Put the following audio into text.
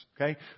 Okay